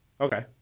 Okay